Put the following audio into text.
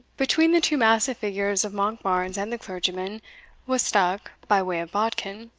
between the two massive figures of monkbarns and the clergyman was stuck, by way of bodkin,